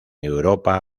europa